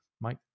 Mike